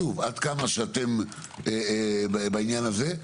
שוב עד כמה שאתם בעניין הזה,